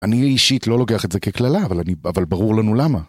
אני אישית לא לוקח את זה כקללה, אבל ברור לנו למה.